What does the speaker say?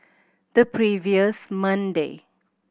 the previous Monday